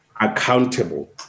accountable